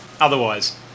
otherwise